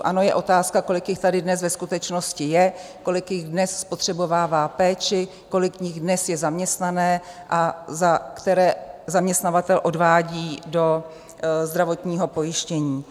Ano, je otázka, kolik jich tady dnes ve skutečnosti je, kolik jich dnes spotřebovává péči, kolik z nich dnes je zaměstnáno a za které zaměstnavatel odvádí do zdravotního pojištění.